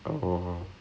I was like